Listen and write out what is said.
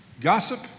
gossip